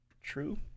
True